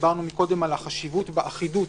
דיברנו קודם על החשיבות באחידות